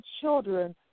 children